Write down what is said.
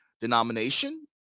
denomination